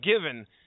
given